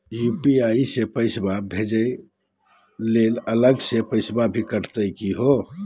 UPI स पैसवा भेजै महिना अलग स पैसवा भी कटतही का हो?